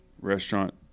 restaurant